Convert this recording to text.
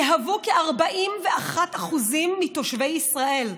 תהווה כ-41% מתושבי ישראל.